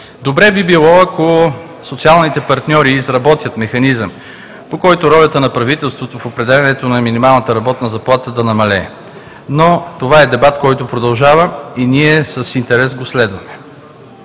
Добре би било, ако социалните партньори изработят механизъм, по който ролята на правителството в определянето на минималната работна заплата да намалее, но това е дебат, който продължава и ние с интерес го следваме.